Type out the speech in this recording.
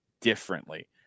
differently